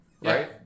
Right